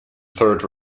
third